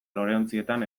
loreontzietan